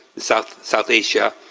south south asia,